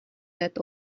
that